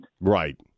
Right